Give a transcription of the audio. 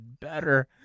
better